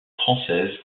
française